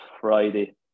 Friday